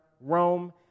Rome